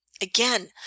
Again